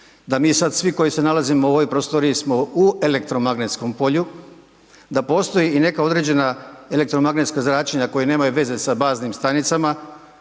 da mi sad svi koji se nalazimo u ovoj prostoriji smo u elektromagnetskom polju, da postoji i neka određena elektromagnetska zračenja koja nemaju veze sa baznim stanicama,